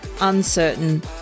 uncertain